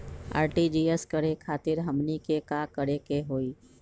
RTGS करे खातीर हमनी के का करे के हो ई?